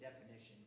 definition